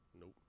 Nope